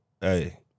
Hey